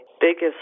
biggest